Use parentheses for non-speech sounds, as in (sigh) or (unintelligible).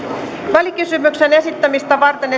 välikysymyksen esittämistä varten (unintelligible)